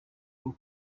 bwo